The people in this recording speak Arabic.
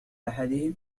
أحدهم